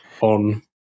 on